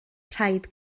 rhaid